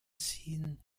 ziehen